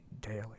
daily